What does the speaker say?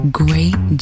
great